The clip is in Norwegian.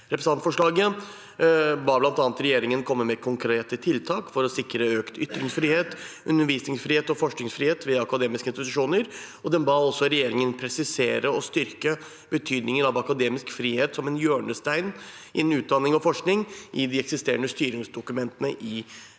representantforslaget ba man bl.a. regjeringen komme med konkrete tiltak for å sikre økt ytringsfrihet, undervisningsfrihet og forskningsfrihet ved akademiske institusjoner, og man ba også regjeringen presisere og styrke betydningen av akademisk frihet som en hjørnestein innen utdanning og forskning i de eksisterende styringsdokumentene i sektoren.